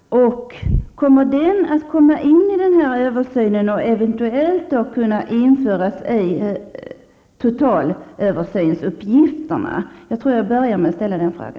Kommer detta att komma med i den översyn som nu görs och kan det eventuellt införas i totalöversynsuppgifterna? Jag börjar med att ställa denna fråga.